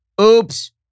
Oops